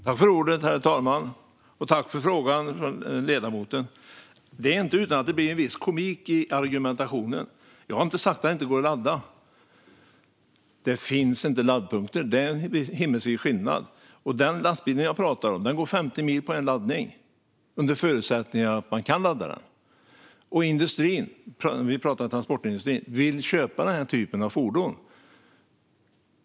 Herr talman! Tack för frågan, ledamoten! Det är inte utan att det blir en viss komik i argumentationen. Jag har inte sagt att det inte går att ladda. Det finns inte laddpunkter - det är en himmelsvid skillnad. Den lastbil jag pratar om går 50 mil på en laddning, under förutsättning att man kan ladda den. Transportindustrin vill köpa denna typ av fordon.